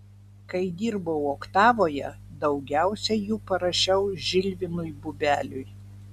kai dirbau oktavoje daugiausiai jų parašiau žilvinui bubeliui